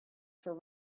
for